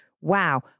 Wow